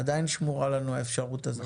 עדיין שמורה לנו האפשרות הזאת.